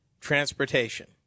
transportation